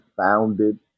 founded